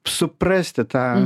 suprasti tą